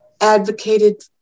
advocated